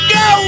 go